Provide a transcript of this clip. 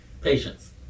Patience